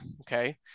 okay